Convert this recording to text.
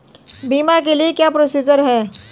बीमा के लिए क्या क्या प्रोसीजर है?